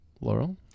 Laurel